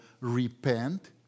Repent